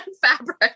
fabric